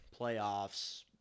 playoffs